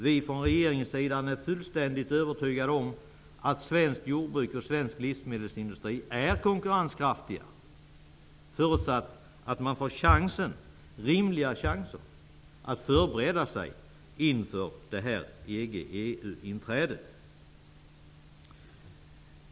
Vi är från regeringssidan fullständigt övertygade om att svenskt jordbruk och svensk livsmedelsindustri är konkurrenskraftiga, förutsatt att de får rimliga chanser att förbereda sig inför EG/EU-inträdet.